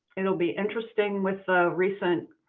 it'll be interesting with the recent